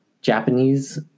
Japanese